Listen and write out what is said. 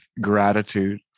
gratitude